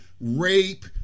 rape